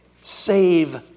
Save